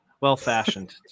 well-fashioned